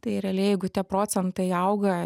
tai realiai jeigu tie procentai auga